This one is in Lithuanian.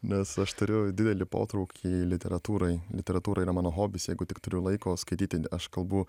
nes aš turiu didelį potraukį literatūrai literatūra yra mano hobis jeigu tik turiu laiko skaityti aš kalbu